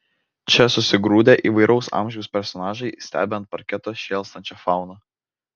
čia susigrūdę įvairaus amžiaus personažai stebi ant parketo šėlstančią fauną